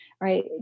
right